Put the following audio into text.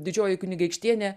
didžioji kunigaikštienė